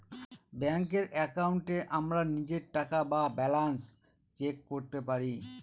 ব্যাঙ্কের একাউন্টে আমরা নিজের টাকা বা ব্যালান্স চেক করতে পারি